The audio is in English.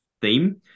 theme